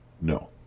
No